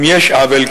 אם יש עוול,